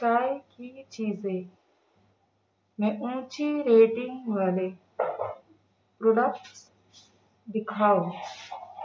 چائے کی چیزیں میں اونچی ریٹنگ والے پروڈکٹس دکھاؤ